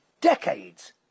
decades